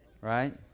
right